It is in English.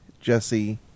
Jesse